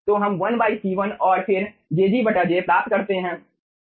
तो हम 1 C1 और फिर jg j प्राप्त करते हैं